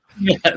Yes